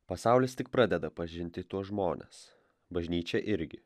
pasaulis tik pradeda pažinti tuos žmones bažnyčia irgi